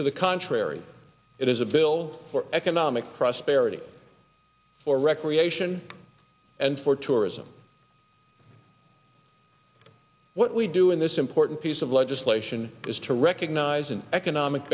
for the contrary it is a bill for economic prosperity for recreation and for tourism what we do in this important piece of legislation is to recognize an economic